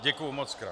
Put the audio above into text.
Děkuji mockrát.